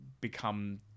become